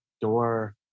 door